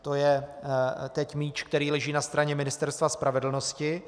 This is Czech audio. To je teď míč, který leží na straně Ministerstva spravedlnosti.